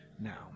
Now